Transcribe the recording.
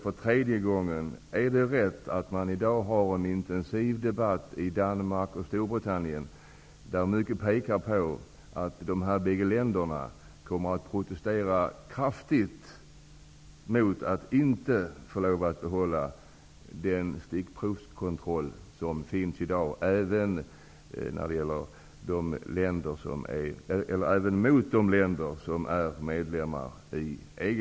För tredje gången frågar jag: Är det rätt uppfattat att det i dag förs en intensiv debatt i Danmark och Storbritannien, där man pekar på att de här bägge länderna kommer att protestera kraftigt mot ett slopande av den stickprovskontroll som finns i dag -- även gentemot de länder som är medlemmar av EG?